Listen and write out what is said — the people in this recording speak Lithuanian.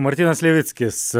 martynas levickis